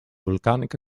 volcanic